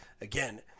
again